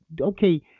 Okay